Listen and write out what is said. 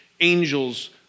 angels